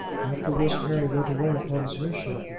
after this harry went away upon his mission.